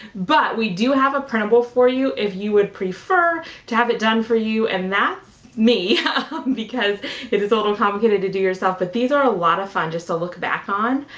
but we do have a printable for you if you would prefer to have it done for you, and that's me because it is a little complicated to do yourself. but these are a lot of fun just to look back on.